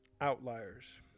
outliers